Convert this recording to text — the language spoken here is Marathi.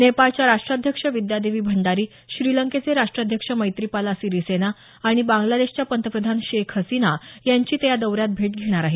नेपाळच्या राष्ट्राध्यक्ष विद्यादेवी भंडारी श्रीलंकेचे राष्ट्राध्यक्ष मैत्रिपाला सिरीसेना आणि बांग्लादेशच्या पंतप्रधान शेख हसीना यांची ते या दौऱ्यात भेट घेणार आहेत